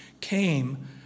came